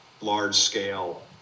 large-scale